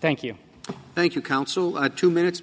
thank you thank you counsel at two minutes